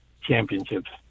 championships